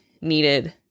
needed